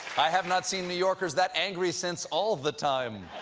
i have not seen new yorkers that angry since all the time.